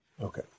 Okay